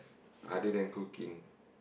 other than cooking